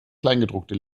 kleingedruckte